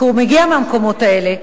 כי הוא מגיע מהמקומות האלה,